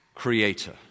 creator